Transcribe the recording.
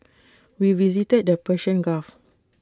we visited the Persian gulf